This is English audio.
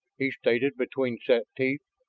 he stated between set teeth.